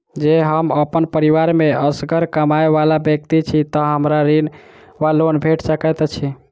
जँ हम अप्पन परिवार मे असगर कमाई वला व्यक्ति छी तऽ हमरा ऋण वा लोन भेट सकैत अछि?